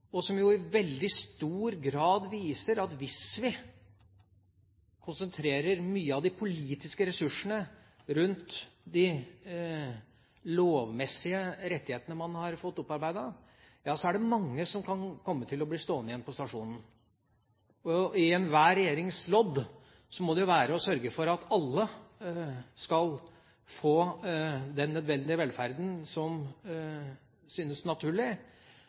som i veldig stor grad viser at hvis vi konsentrerer mye av de politiske ressursene rundt de lovmessige rettighetene man har fått opparbeidet, ja, så er det mange som kan komme til å bli stående igjen på stasjonen. Det er enhver regjerings lodd å sørge for at alle skal få den nødvendige velferden som synes naturlig,